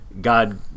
God